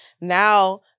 Now